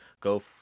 Go